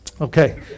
Okay